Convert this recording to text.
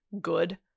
good